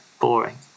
boring